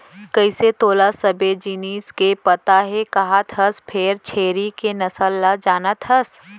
कइसे तोला सबे जिनिस के पता हे कहत हस फेर छेरी के नसल ल जानत हस?